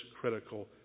critical